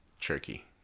Turkey